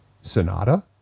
Sonata